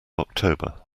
october